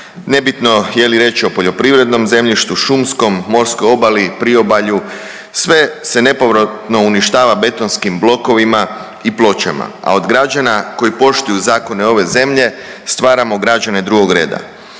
Nebitno je li riječ o poljoprivrednom zemljištu, šumskom, morskoj obali, priobalju, sve se nepovratno uništava betonskim blokovima i pločama, a od građana koji poštuju zakone ove zemlje stvaramo građane drugog reda.